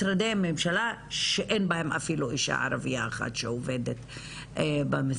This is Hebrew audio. משרדי ממשלה שאין בהם אפילו אישה ערבייה אחת שעובדת במשרד.